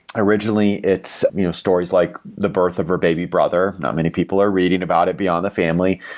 originally it's you know stories like the birth of her baby brother. not many people are reading about it beyond the family,